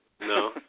No